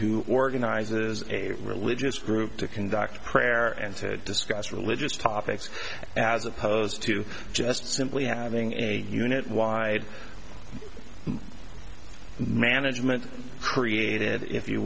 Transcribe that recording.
who organizes a religious group to conduct prayer and to discuss religious topics as opposed to just simply having a unit wide management created if you